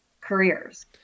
careers